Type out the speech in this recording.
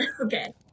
Okay